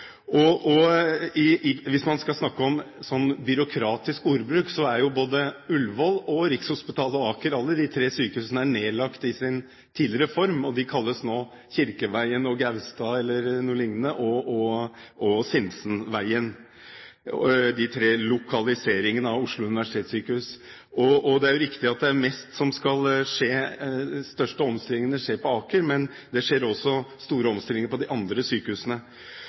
Og hvis man skal snakke om byråkratisk ordbruk, er jo både Ullevål og Rikshospitalet og Aker, alle de tre sykehusene, nedlagt i sin tidligere form – de kalles nå Kirkeveien og Gaustad eller noe lignende og Sinsenveien – de tre lokaliseringene av Oslo universitetssykehus. Det er riktig at de største omstillingene skjer på Aker, men det skjer også store omstillinger på de andre sykehusene,